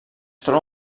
troba